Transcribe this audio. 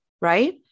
right